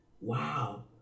wow